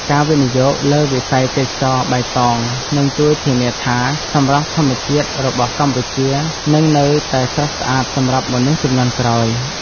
ការវិនិយោគលើវិស័យទេសចរណ៍បៃតង នឹងជួយធានាថាសម្រស់ធម្មជាតិរបស់កម្ពុជានឹងនៅតែស្រស់ស្អាតសម្រាប់មនុស្សជំនាន់ក្រោយ។